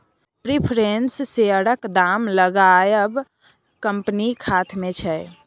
preference शेयरक दाम लगाएब कंपनीक हाथ मे छै